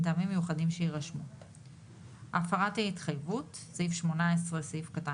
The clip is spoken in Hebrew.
מתייחס לתעודת הכשר שגוף נותן הכשר נותן.